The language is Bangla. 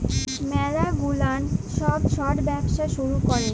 ম্যালা গুলান ছব ছট ব্যবসা শুরু ক্যরে